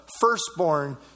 firstborn